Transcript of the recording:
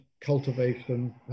cultivation